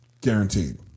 Guaranteed